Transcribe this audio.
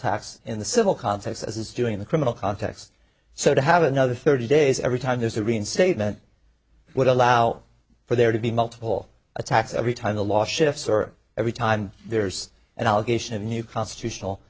tax in the civil context as doing the criminal context so to have another thirty days every time there's a reinstatement would allow for there to be multiple attacks every time the law shifts or every time there's an allegation of new constitutional